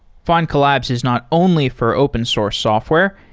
find collabs is not only for open source software.